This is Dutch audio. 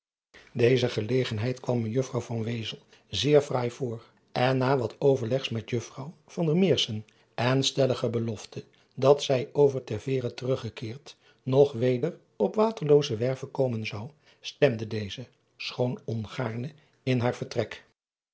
eze gelegenheid kwam ejuffrouw zeer fraai voor en na wat overlegs met uffrouw en stellige belofte dat zij over ter eere teruggekeerd nog weder op aterloozewerve komen zou stemde deze schoon ongaarne in haar vertrek